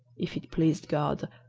if it pleased god,